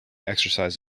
exercise